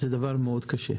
זה דבר מאוד קשה.